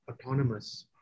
autonomous